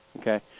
Okay